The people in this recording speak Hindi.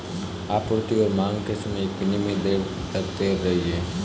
आपूर्ति और मांग के समय एक विनिमय दर तैर रही है